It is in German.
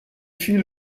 viel